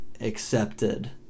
accepted